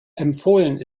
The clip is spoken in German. empfohlen